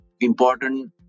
important